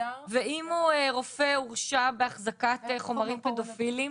ואם הרופא הורשע בהחזקת חומרים פדופילים